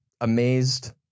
amazed